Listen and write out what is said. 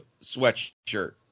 sweatshirt